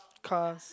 cars